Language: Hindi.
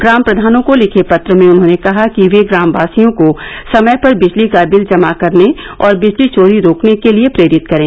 ग्राम प्रधानों को लिखे पत्र में उन्होंने कहा कि ये ग्रामवासियों को समय पर बिजली का बिल जमा करने और बिजली चोरी रोकने के लिए प्रेरित करें